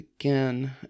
again